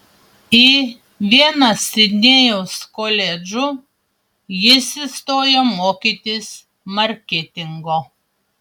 į vieną sidnėjaus koledžų jis įstojo mokytis marketingo